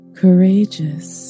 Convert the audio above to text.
courageous